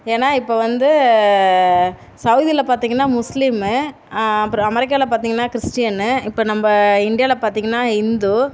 ஏன்னா இப்போ வந்து சவுதியில் பார்த்தீங்கன்னா முஸ்லீமு அப்புறம் அமெரிக்காவில் பார்த்தீங்கன்னா கிறிஸ்டியன்னு இப்போ நம்ம இந்தியாவில் பார்த்தீங்கன்னா இந்து